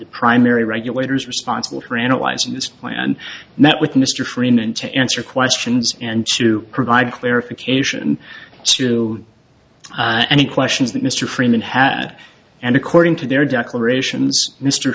the primary regulators responsible for analyzing this plan met with mr freeman to answer questions and to provide clarification to any questions that mr freeman had and according to their declarations mr